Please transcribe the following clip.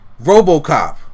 Robocop